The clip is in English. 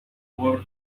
word